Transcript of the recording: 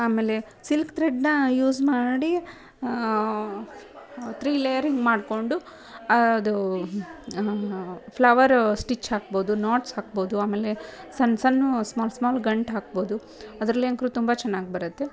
ಆಮೇಲೆ ಸಿಲ್ಕ್ ತ್ರೆಡ್ನ ಯೂಸ್ ಮಾಡಿ ತ್ರೀ ಲೇಯರಿಂಗ್ ಮಾಡಿಕೊಂಡು ಅದು ಫ್ಲವರು ಸ್ಟಿಚ್ ಹಾಕ್ಬೋದು ನಾಟ್ಸ್ ಹಾಕ್ಬೋದು ಆಮೇಲೆ ಸಣ್ಣ ಸಣ್ಣ ಸ್ಮಾಲ್ ಸ್ಮಾಲ್ ಗಂಟೂ ಹಾಕ್ಬೋದು ಅದರಲ್ಲಿ ಅಂತು ತುಂಬ ಚೆನ್ನಾಗಿ ಬರುತ್ತೆ